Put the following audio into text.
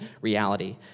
reality